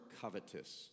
covetous